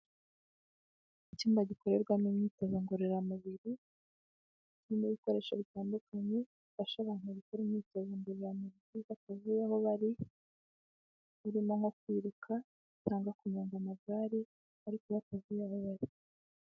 Icyumba gikorerwamo imyitozo ngororamubiri kirimo ibikoresho bitandukanye bifasha abantu gukora imyitozo ngororamubiri batavuye aho bari birimo nko kwiruka cyangwa kunyonga amagare ariko batavuye aho bari.